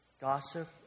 gossip